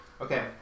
Okay